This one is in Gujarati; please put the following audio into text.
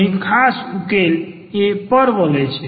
અહીં ખાસ ઉકેલ એ પરવલય છે